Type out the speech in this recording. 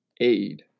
aid